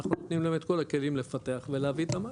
אנחנו נותנים להם את כל הכלים לפתח ולהביא את המים.